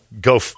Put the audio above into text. go